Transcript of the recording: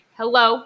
hello